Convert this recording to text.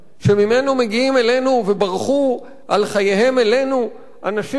שממנו מגיעים אלינו וברחו על חייהם אלינו אנשים,